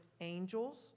angels